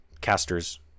Casters